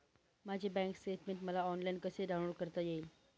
माझे bank statement मला online कसे डाउनलोड करता येईल?